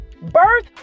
Birth